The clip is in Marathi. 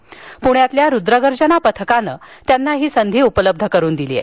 प्ण्यातील रुद्रगर्जना पथकानं त्यांना ही संधी उपलब्ध करून दिली आहे